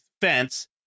fence